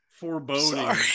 Foreboding